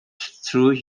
through